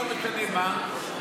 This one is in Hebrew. לא משנה מה,